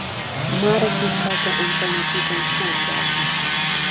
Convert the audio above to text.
maras nustatė anteną būtent šiam dažniui